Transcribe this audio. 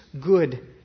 good